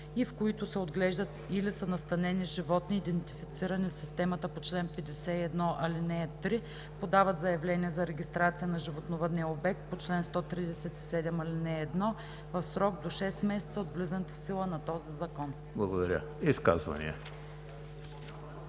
и в които се отглеждат или са настанени животни, идентифицирани в системата по чл. 51, ал. 3, подават заявление за регистрация на животновъдния обект по чл. 137, ал. 1, в срок до 6 месеца от влизането в сила на този закон.“